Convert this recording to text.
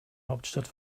hauptstadt